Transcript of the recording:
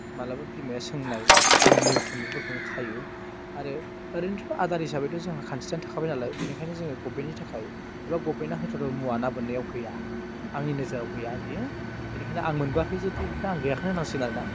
मालाबा बिमाया सोंनाय बे नो खुन्दुंफोरखौनो खायो आरो ओरैनोथ' आदार हिसाबैथ' जोंहा खानस्रिया थाखाबाय नालाय बिनिखायनो जोङो गभमेन्टनि थाखाय एबा गभमेन्टआ होथावथाव मुवा ना बोननायाव गैया आंनि नोजोराव गैया बेयो बेनिखायनो आं मोनबोआखै जिहेतु आं गैयाखौनो होननांसिगोन आरो ना